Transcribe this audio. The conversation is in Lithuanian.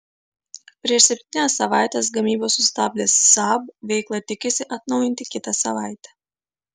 prieš septynias savaites gamybą sustabdęs saab veiklą tikisi atnaujinti kitą savaitę